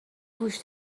گوش